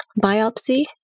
biopsy